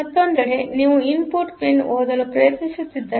ಮತ್ತೊಂದೆಡೆ ನೀವು input pin ಓದಲು ಪ್ರಯತ್ನಿಸುತ್ತಿದ್ದರೆ